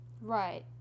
Right